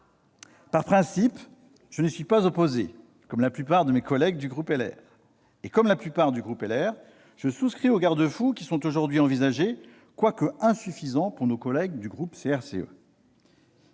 Par principe, je n'y suis pas opposé, comme la plupart de mes collègues du groupe Les Républicains. Comme la plupart d'entre eux également, je souscris aux garde-fous qui sont aujourd'hui envisagés, quoique insuffisants pour nos collègues du groupe CRCE.